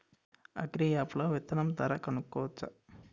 Agri app లో విత్తనం ధర కనుకోవచ్చా?